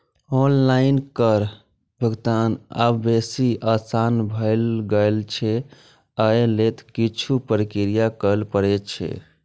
online कर भुगतान आब बेसी आसान भए गेल छै, अय लेल किछु प्रक्रिया करय पड़ै छै